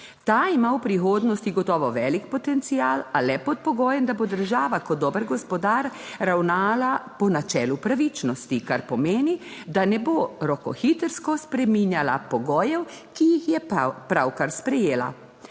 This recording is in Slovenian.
Ta ima v prihodnosti gotovo velik potencial, a le pod pogojem, da bo država kot dober gospodar ravnala po načelu pravičnosti, kar pomeni, da ne bo rokohitrsko spreminjala pogojev, ki jih je pravkar sprejela,